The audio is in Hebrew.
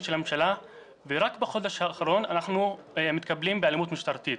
של הממשלה ורק בחודש האחרון אנחנו מתקבלים באלימות משטרתית.